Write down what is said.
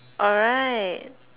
alright